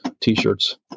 t-shirts